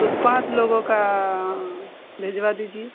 तो पाँच लोगों का भिजवा दीजिए